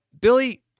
Billy